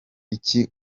iki